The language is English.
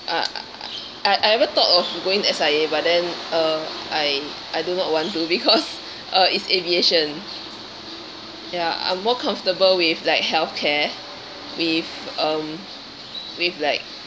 I I I never thought of put in S_I_A but then uh I I do not want to because uh it's aviation ya I'm more comfortable with like healthcare with um with like